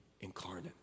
incarnate